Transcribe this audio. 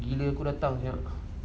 gila aku datang